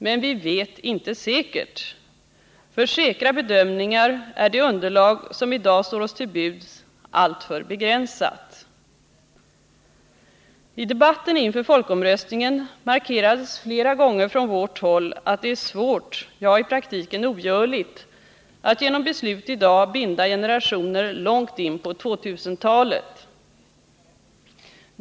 Men vi vet inte säkert. För säkra bedömningar är det underlag som i dag står oss till buds alltför begränsat. I debatten inför folkomröstningen markerades flera gånger från vårt håll att det är svårt, ja, i praktiken ogörligt, att genom beslut i dag binda generationer långt in på 2000-talet.